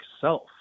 self